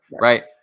right